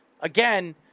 again